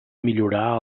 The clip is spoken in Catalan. millorar